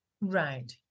right